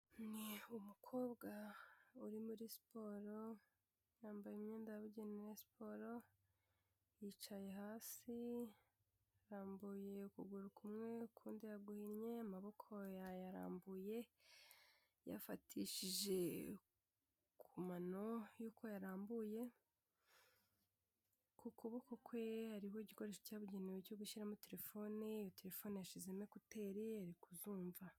Ni umukobwa uri muri siporo ,yambaye imyenda yabugenera ya siporo ,yicaye hasi arambuye ukuguru kumwe ukundi yaguhinnye amaboko yayarambuye yafatishije ku mano y'uko yarambuye, ku kuboko kwe hariho igikoresho cyabugenewe cyo gushyiramo telefone ye, iyo telefone yashyizemo ekuteri ari kuzumva.